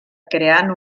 creant